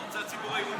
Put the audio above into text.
אתה רוצה שהציבור היהודי,